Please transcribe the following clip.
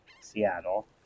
Seattle